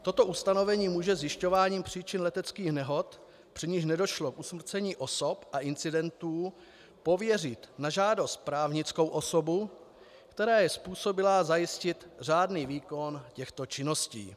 Toto ustanovení může zjišťováním příčin leteckých nehod, při nichž nedošlo k usmrcení osob a incidentů, pověřit na žádost právnickou osobu, která je způsobilá zajistit řádný výkon těchto činností.